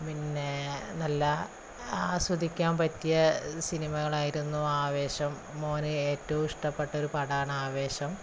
പിന്നെ നല്ല ആസ്വദിക്കാൻ പറ്റിയ സിനിമകളായിരുന്നു ആവേശം മോന് ഏറ്റവും ഇഷ്ടപ്പെട്ട ഒരു പടമാണ് ആവേശം